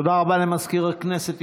תודה רבה למזכיר הכנסת.